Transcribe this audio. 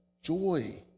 joy